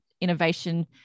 innovation